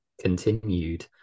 continued